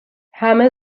همه